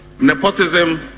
nepotism